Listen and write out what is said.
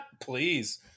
please